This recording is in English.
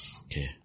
Okay